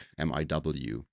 miw